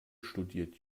studiert